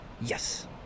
yes